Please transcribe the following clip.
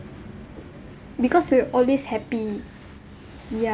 because we're always happy ya